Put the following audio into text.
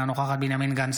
אינה נוכחת בנימין גנץ,